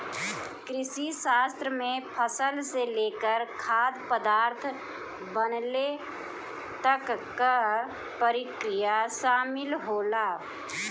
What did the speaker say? कृषिशास्त्र में फसल से लेकर खाद्य पदार्थ बनले तक कअ प्रक्रिया शामिल होला